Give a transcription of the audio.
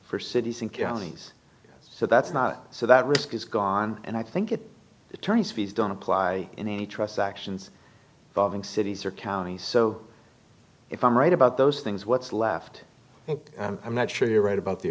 for cities and counties so that's not so that risk is gone and i think it attorney's fees don't apply in any trusts actions valving cities or counties so if i'm right about those things what's left and i'm not sure you're right about the